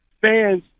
Fans